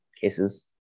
cases